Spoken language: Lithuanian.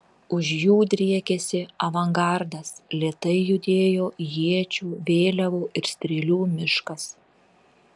už jų driekėsi avangardas lėtai judėjo iečių vėliavų ir strėlių miškas